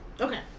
okay